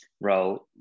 role